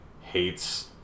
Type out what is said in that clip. hates